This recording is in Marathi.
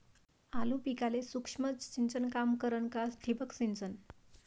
आलू पिकाले सूक्ष्म सिंचन काम करन का ठिबक सिंचन?